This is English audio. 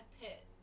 Pitt